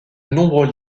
nombreux